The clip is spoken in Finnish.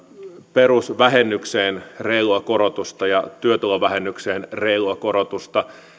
perusvähennykseen reilua korotusta ja työtulovähennykseen reilua korotusta